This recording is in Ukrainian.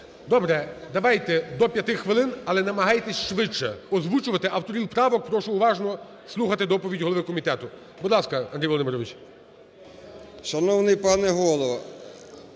Добре. Давайте до 5 хвилин, але намагайтеся швидше озвучувати. Авторів правок прошу уважно слухати доповідь голови комітету. Будь ласка, Андрій Володимирович. 14:05:04 ІВАНЧУК